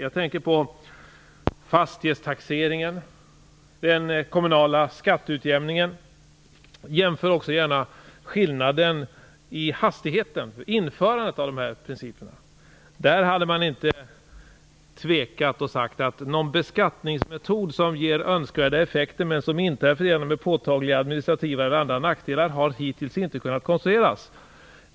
Jag tänker på fastighetstaxeringen och den kommunala skatteutjämningen. Jämför också gärna skillnaden i hastighet vid införandet av dessa principer. I de andra fallen hade man inte tvekat och sagt att någon beskattningsmetod som ger önskvärda effekter, men som inte är förenad med påtagliga administrativa eller andra nackdelar hittills inte har kunnat konstruerats.